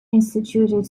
instituted